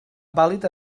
vàlid